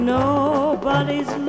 nobody's